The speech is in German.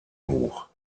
hoch